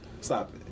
Stop